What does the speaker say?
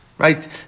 Right